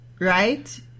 right